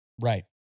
right